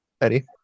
Eddie